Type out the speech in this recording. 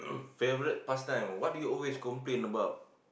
favorite pastime what do you always complain about